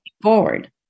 forward